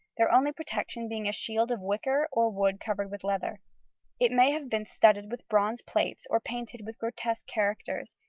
their only protection being a shield of wicker or wood covered with leather it may have been studded with bronze plates or painted with grotesque characters,